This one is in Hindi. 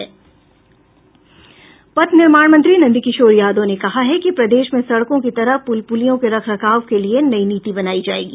पथ निर्माण मंत्री नंदकिशोर यादव ने कहा है कि प्रदेश में सड़कों की तरह प्रल प्रलियों के रख रखाव के लिये नई नीति बनायी जायेगी